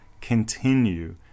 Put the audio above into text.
continue